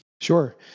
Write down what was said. Sure